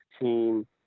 team